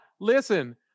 listen